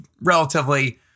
relatively